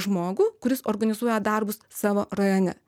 žmogų kuris organizuoja darbus savo rajone